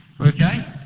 Okay